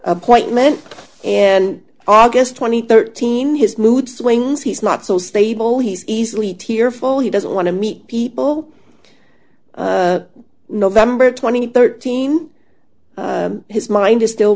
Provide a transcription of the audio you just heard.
appointment and august twenty third team his mood swings he's not so stable he's easily tearful he doesn't want to meet people november twenty third team his mind is still